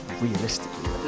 realistically